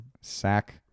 Sack